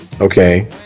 okay